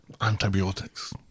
Antibiotics